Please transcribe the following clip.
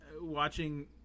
watching